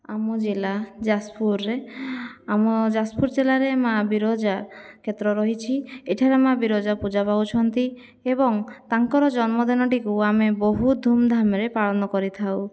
ଆମ ଜିଲ୍ଲା ଯାଜପୁରରେ ଆମ ଯାଜପୁର ଜିଲ୍ଲାରେ ମା' ବିରଜା କ୍ଷେତ୍ର ରହିଛି ଏଠାରେ ମା' ବିରଜା ପୂଜା ପାଉଛନ୍ତି ଏବଂ ତାଙ୍କର ଜନ୍ମଦିନଟିକୁ ଆମେ ବହୁତ ଧୁମ୍ଧାମ୍ରେ ପାଳନ କରିଥାଉ